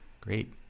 Great